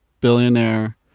billionaire